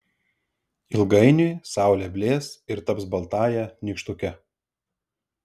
ilgainiui saulė blės ir taps baltąja nykštuke